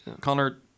Connor